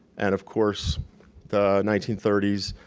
and of course the nineteen thirty s,